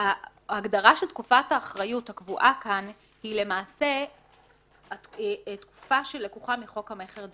ההגדרה של תקופת האחריות הקבועה כאן היא למעשה תקופה שלקוחה מחוק המכר,